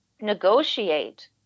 negotiate